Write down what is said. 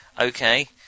Okay